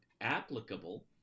applicable